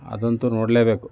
ಅದಂತೂ ನೋಡ್ಲೇಬೇಕು